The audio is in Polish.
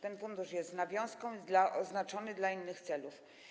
Ten fundusz jest nawiązką, jest oznaczony dla innych celów.